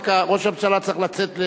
רק ראש הממשלה צריך לצאת,